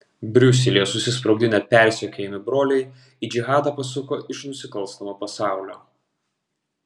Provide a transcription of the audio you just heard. briuselyje susisprogdinę persekiojami broliai į džihadą pasuko iš nusikalstamo pasaulio